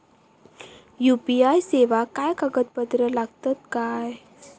UPI सेवाक काय कागदपत्र लागतत काय?